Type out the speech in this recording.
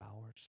hours